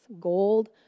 gold